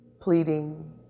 pleading